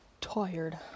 tired